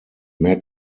mehr